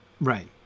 Right